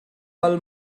bal